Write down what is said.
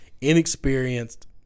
inexperienced